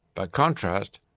by contrast,